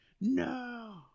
No